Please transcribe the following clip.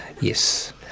Yes